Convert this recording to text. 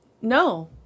No